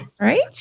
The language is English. Right